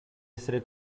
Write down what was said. esser